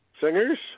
Singers